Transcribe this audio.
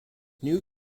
new